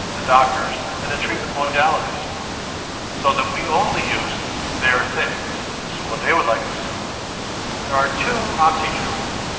the doctors and the treatment modalities so that we only use their things, this is what they would like to see there are two oxy truths.